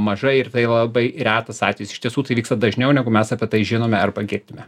mažai ir tai labai retas atvejis iš tiesų tai vyksta dažniau negu mes apie tai žinome arba girdime